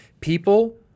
People